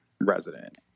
resident